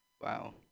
Wow